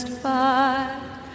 fight